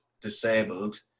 disabled